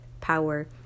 power